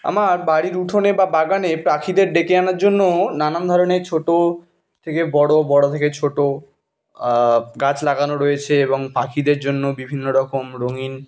আমার বাড়ির উঠোনে বা বাগানে পাখিদের ডেকে আনার জন্য নানান ধরনের ছোটো থেকে বড়ো বড়ো থেকে ছোটো গাছ লাগানো রয়েছে এবং পাখিদের জন্য বিভিন্ন রকম রঙিন